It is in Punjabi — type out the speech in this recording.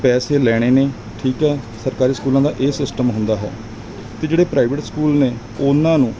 ਪੈਸੇ ਲੈਣੇ ਨੇ ਠੀਕ ਹੈ ਸਰਕਾਰੀ ਸਕੂਲਾਂ ਦਾ ਇਹ ਸਿਸਟਮ ਹੁੰਦਾ ਹੈ ਅਤੇ ਜਿਹੜੇ ਪ੍ਰਾਈਵੇਟ ਸਕੂਲ ਨੇ ਉਹਨਾਂ ਨੂੰ